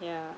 yeah